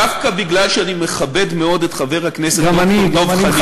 דווקא מפני שאני מכבד מאוד את חבר הכנסת דב חנין,